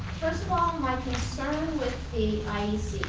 first of all my concern with the